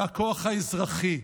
זה הכוח האזרחי.